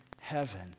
heaven